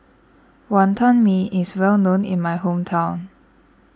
Wonton Mee is well known in my hometown